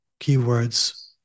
keywords